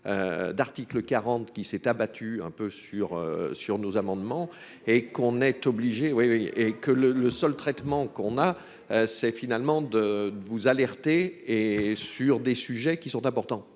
d'article 40 qui s'est abattu un peu sur sur nos amendements et qu'on est obligé, oui, oui et que le le seul traitement qu'on a, c'est finalement de vous alerter et sur des sujets qui sont importants,